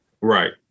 Right